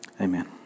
Amen